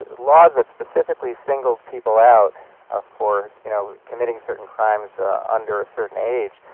laws that specifically singled people out ah for you know committing certain crimes under a certain age,